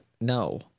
no